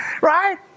right